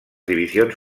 divisions